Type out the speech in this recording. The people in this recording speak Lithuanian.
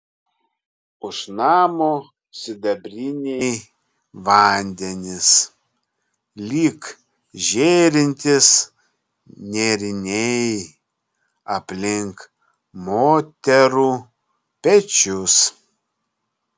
už namo sidabriniai vandenys lyg žėrintys nėriniai aplink moterų pečius